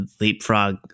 leapfrog